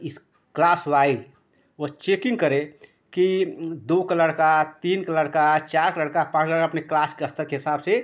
इस क्लास वाई वह चेकिंग करे कि दो का लड़का तीन का लड़का चार का लड़का पढ़ रहा है अपने क्लास का स्तर के हिसाब से